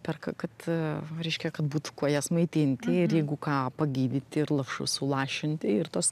perka kad reiškia kad būtų kuo jas maitinti ir jeigu ką pagydyti ir lašus sulašinti ir tos